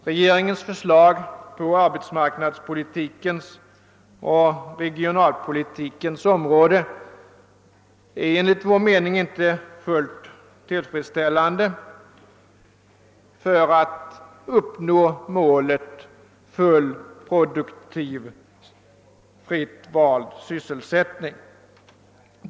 Regeringens förslag på arbetsmarknadspolitikens och regionalpolitikens område är enligt vår mening inte fulit tillfredsställande för att uppnå målet full, produktiv och fritt vald sysselsättning.